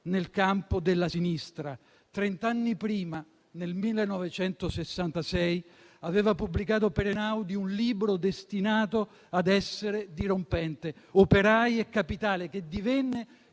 nel campo della sinistra; trent'anni prima, nel 1966, aveva pubblicato per Einaudi un libro destinato ad essere dirompente, «Operai e capitale», che divenne